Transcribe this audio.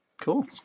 Cool